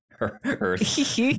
Earth